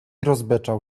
rozbeczał